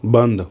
ਬੰਦ